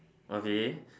okay